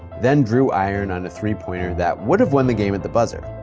then drew iron on a three pointer that would've won the game at the buzzer.